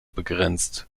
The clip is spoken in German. begrenzt